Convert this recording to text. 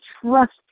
trust